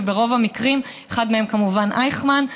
אחד מהם אייכמן,